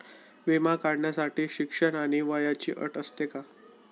विमा काढण्यासाठी शिक्षण आणि वयाची अट असते का?